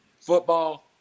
football